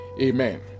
amen